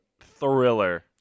thriller